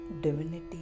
divinity